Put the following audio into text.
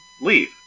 leave